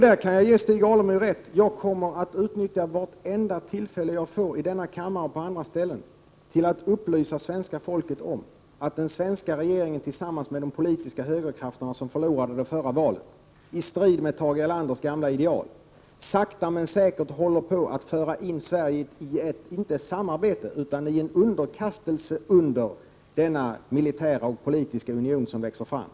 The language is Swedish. Jag kan ge Stig Alemyr rätt i att jag kommer att utnyttja vartenda tillfälle som jag får i den här kammaren och på andra ställen till att upplysa svenska folket om att den svenska regeringen, tillsammans med de politiska högerkrafter som förlorade det förra valet, i strid med Tage Erlanders gamla ideal håller på att sakta men säkert föra in Sverige i inte ett samarbete utan en underkastelse under denna militära och politiska union som växer fram.